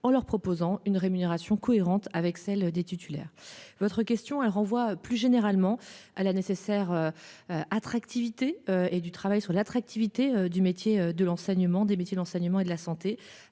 en leur proposant une rémunération cohérente avec celle des titulaires. Votre question elle renvoie plus généralement à la nécessaire. Attractivité et du travail sur l'attractivité du métier de l'enseignement des